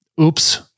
Oops